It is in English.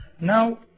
Now